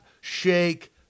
shake